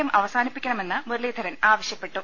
M അവസാനിപ്പി ക്കണമെന്ന് മുരളീധരൻ ആവശ്യപ്പെട്ടു